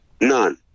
None